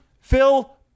Phil